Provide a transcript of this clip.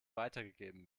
weitergegeben